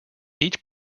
each